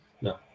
No